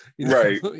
Right